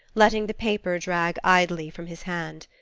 letting the paper drag idly from his hand.